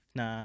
na